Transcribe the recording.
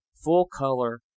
full-color